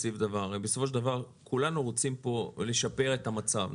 בסופו של דבר כולנו רוצים פה לשפר את המצב.